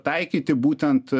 taikyti būtent